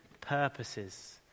purposes